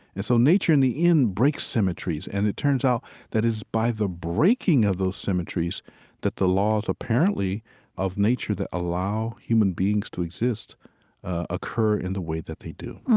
and so nature in the end breaks symmetries. and it turns out that it's by the breaking of those symmetries that the laws apparently of nature that allow human beings to exist occur in the way that they do